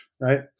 Right